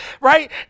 right